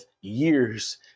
years